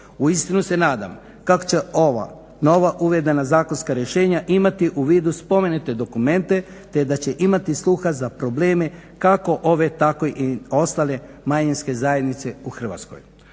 Uistinu se nadam kako će ova nova uvedena zakonska rješenja imati u vidu spomenute dokumente te da će imati sluha za probleme kako ove tako i ostale manjinske zajednice u Hrvatskoj.